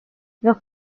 los